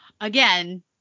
again